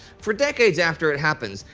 for decades after it happens,